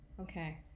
Okay